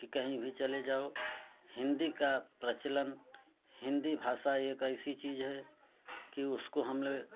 कि कहीं भी चले जाओ हिंदी का प्रचलन हिंदी भाषा एक ऐसी चीज़ है कि उसको हम लो